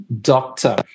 doctor